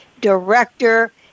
Director